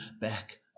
back